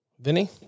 Vinny